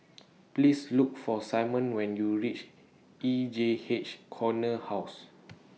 Please Look For Simon when YOU REACH E J H Corner House